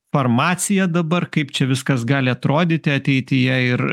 farmaciją dabar kaip čia viskas gali atrodyti ateityje ir